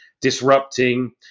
disrupting